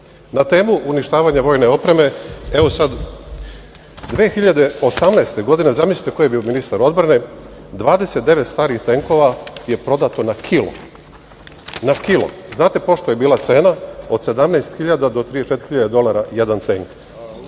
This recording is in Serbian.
temu uništavanja vojne opreme, 2018. godine, zamislite ko je bio ministar odbrane, 29 starih tenkova je prodato na kilo. Znate pošto je bila cena? Od 17.000 do 34.000 dolara jedan tenk.